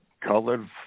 colored